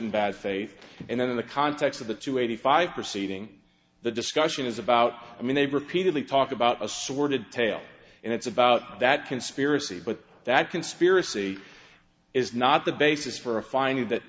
and bad faith and then in the context of the two eighty five proceeding the discussion is about i mean they've repeatedly talked about a sordid tale and it's about that conspiracy but that conspiracy is not the basis for a finding that